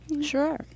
sure